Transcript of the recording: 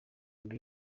mibi